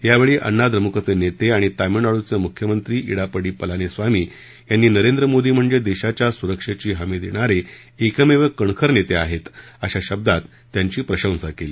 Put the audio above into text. यावेळी अण्णाद्रमुकचे नेते आणि तामिळनाडूचे मुख्यमंत्री ईडापड्डी पलानीस्वामी यांनी नरेंद्र मोदी म्हणजे देशाच्या सुरक्षेची हमी देणारे एकमेव कणखर नेते आहेत अशा शब्दात त्यांची प्रशंसा केली